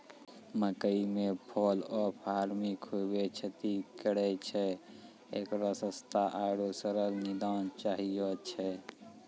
मकई मे fall of army खूबे क्षति करेय छैय, इकरो सस्ता आरु सरल निदान चाहियो छैय?